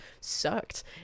sucked